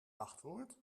wachtwoord